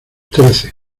trece